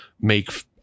make